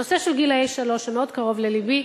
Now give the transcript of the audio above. הנושא של גילאי שלוש מאוד קרוב ללבי,